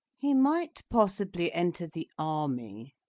he might possibly enter the army.